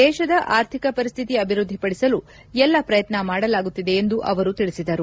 ದೇಶದ ಆರ್ಥಿಕ ಪರಿಸ್ವಿತಿ ಅಭಿವೃದ್ದಿಪಡಿಸಲು ಎಲ್ಲ ಪ್ರಯತ್ನ ಮಾಡಲಾಗುತ್ತಿದೆ ಎಂದು ಅವರು ತಿಳಿಸಿದರು